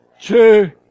two